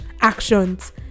actions